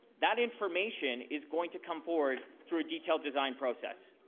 that information is going to come forward through a detailed design process.